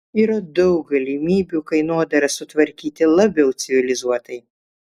yra daug galimybių kainodarą sutvarkyti labiau civilizuotai